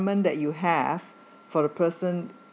that you have for the person